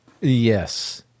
Yes